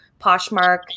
Poshmark